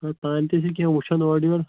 نہ حظ پانہٕ تہِ ٲسِو کیٚنٛہہ وٕچھان اورٕ یور